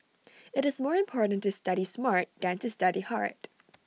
IT is more important to study smart than to study hard